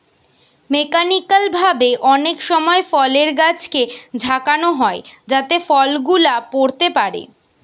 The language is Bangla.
মেকানিক্যাল ভাবে অনেক সময় ফলের গাছকে ঝাঁকানো হয় যাতে ফল গুলা পড়তে পারে